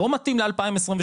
לא מתאים ל- 2023,